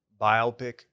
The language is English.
biopic